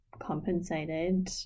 compensated